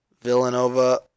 Villanova